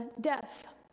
death